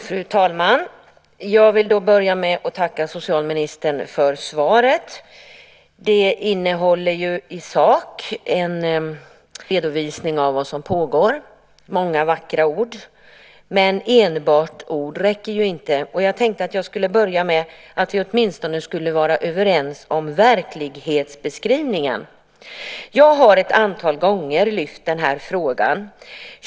Fru talman! Jag vill börja med att tacka socialministern för svaret. Det innehåller i sak en redovisning av vad som pågår. Det är många vackra ord, men enbart ord räcker inte. Jag tänkte att vi skulle vara överens åtminstone om verklighetsbeskrivningen. Jag har ett antal gånger lyft fram den här frågan.